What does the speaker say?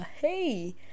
hey